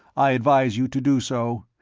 i advise you to do so,